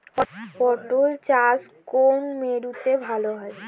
পটল চাষ কোন মরশুমে ভাল হয়?